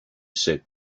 said